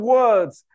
words